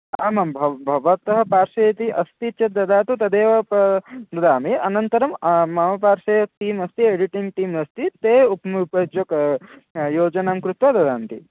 आमां भव् भवतः पार्श्वे यति अस्ति चेत् ददातु तदेव प ददामि अनन्तरम् मम पार्श्वे टीम् अस्ति एडिटिङ्ग् टीम् अस्ति ते उप्मु उपयुज्य का योजनां कृत्वा ददन्ति